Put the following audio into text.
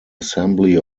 assembly